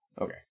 Okay